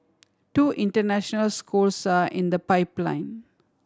two international schools are in the pipeline